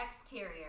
Exterior